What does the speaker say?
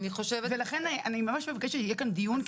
ולכן אני ממש מבקשת שיהיה כאן דיון,